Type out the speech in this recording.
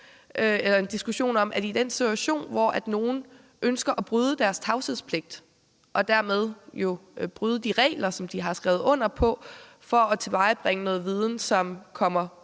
mener jeg bare, at i den situation, hvor nogle ønsker at bryde deres tavshedspligt og dermed bryde de regler, som de har skrevet under på, for at tilvejebringe noget viden, som kommer den